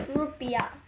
rupiah